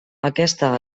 aquesta